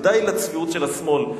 ודי לצביעות של השמאל,